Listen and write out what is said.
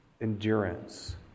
Endurance